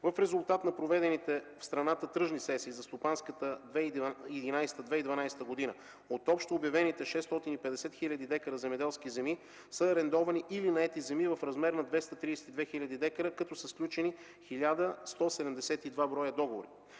В резултат на проведените в страната тръжни сесии за стопанската 2011-2012 г., от общо обявените 650 хил. дка земеделски земи, са арендовани или наети земи в размер на 232 хил. дка като са сключени 1172 броя договори.